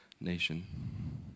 nation